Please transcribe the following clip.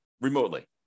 remotely